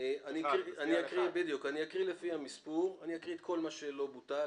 אקרא לפי המספרים את כל מה שלא בוטל,